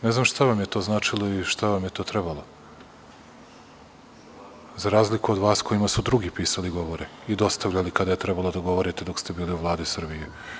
Ne znam šta vam je to značilo i šta vam je to trebalo, za razliku od vas kojima su drugi pisali govore i dostavljali kada je trebalo da govorite dok ste bili u Vladi Srbije.